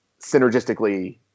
synergistically